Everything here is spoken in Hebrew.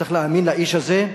צריך להאמין לאיש הזה.